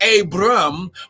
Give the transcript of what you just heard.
abram